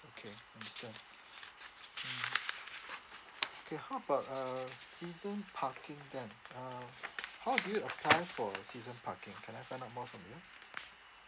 okay understand mm okay how about uh season parking then um how do you apply for a season parking can I find out more from you